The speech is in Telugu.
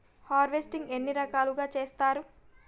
హార్వెస్టింగ్ ఎన్ని రకాలుగా చేస్తరు?